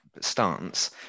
stance